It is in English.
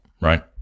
right